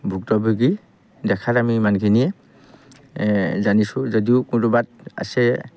ভুক্তভোগী দেখাত আমি ইমানখিনিয়ে জানিছোঁ যদিও কোনটো বাট আছে